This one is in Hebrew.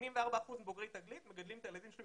84 אחוזים מבוגרי תגלית מגדלים את הילדים שלהם